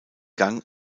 gang